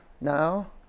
now